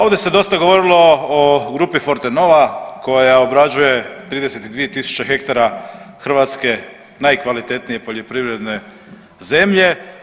Ovdje se dosta govorilo o grupi Fortenova koja obrađuje 32 tisuće hektara hrvatske najkvalitetnije poljoprivredne zemlje.